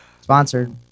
Sponsored